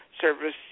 service